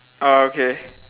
oh okay